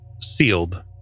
sealed